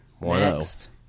Next